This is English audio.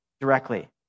directly